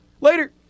Later